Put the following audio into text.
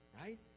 right